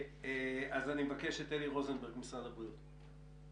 מבקש את אלי רוזנברג ממשרד הבריאות.